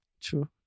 True